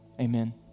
Amen